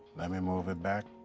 let me move it back.